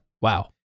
Wow